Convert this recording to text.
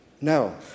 No